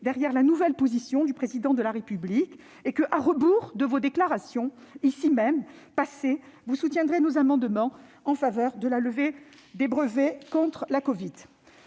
derrière la nouvelle position du Président de la République, et que, à rebours de vos déclarations passées ici même, monsieur le ministre, vous soutiendrez nos amendements en faveur de la levée des brevets contre la covid-19.